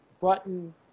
button